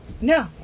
No